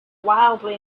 wildly